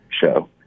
show